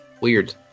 Weird